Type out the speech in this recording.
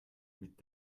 mit